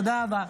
תודה רבה.